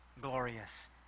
glorious